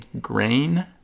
Grain